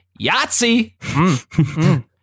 yahtzee